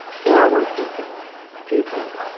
forward-looking people.